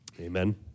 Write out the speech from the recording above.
Amen